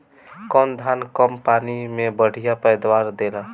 कौन धान कम पानी में बढ़या पैदावार देला?